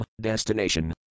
DESTINATION